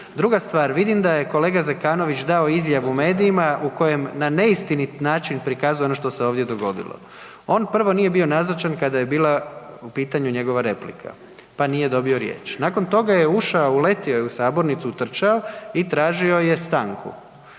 Druga stvar, vidim da je kolega Zekanović dao izjavu medijima u kojem na neistinit način prikazuje ono što se ovdje dogodilo. On prvo nije bio nazočan kada je bila u pitanju njegova replika, pa nije dobio riječ. Nakon toga je ušao, uletio je u sabornicu, utrčao i tražio je stanku